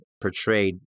portrayed